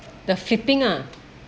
the flipping ah